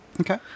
Okay